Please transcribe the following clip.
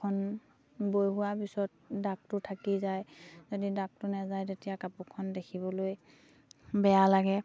কাপোৰখন বৈ হোৱাৰ পিছত দাগটো থাকি যায় যদি দাগটো নাযায় তেতিয়া কাপোৰখন দেখিবলৈ বেয়া লাগে